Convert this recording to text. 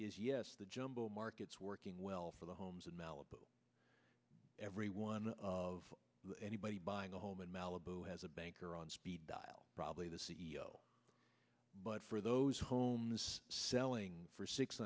is yes the jumble markets working well for the homes in malibu every one of anybody buying a home in malibu has a banker on speed dial probably the c e o but for those homes selling for six